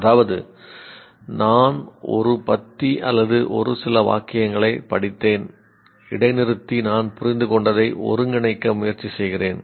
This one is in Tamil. அதாவது நான் ஒரு பத்தி அல்லது ஒரு சில வாக்கியங்களை நான் படித்தேன் இடைநிறுத்தி நான் புரிந்து கொண்டதை ஒருங்கிணைக்க முயற்சி செய்கிறேன்